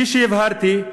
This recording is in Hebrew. כפי שהבהרתי,